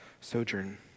sojourn